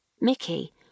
Mickey